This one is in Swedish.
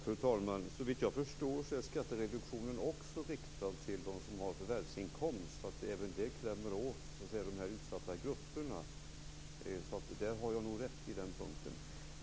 Fru talman! Såvitt jag förstår är skattereduktionen också riktad till dem som har förvärvsinkomst, så att även det klämmer åt de utsatta grupperna. På den punkten har jag nog rätt.